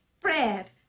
bread